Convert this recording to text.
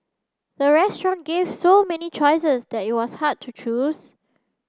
the restaurant gave so many choices that it was hard to choose